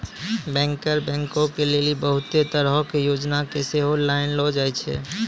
banker बैंको के लेली बहुते तरहो के योजना के सेहो लानलो जाय छै